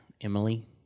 Emily